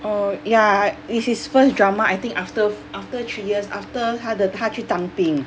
oh ya it's his first drama I think after after three years after 他的他去当兵